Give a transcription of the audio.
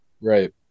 Right